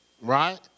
right